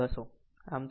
આમ તે 7